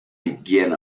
begin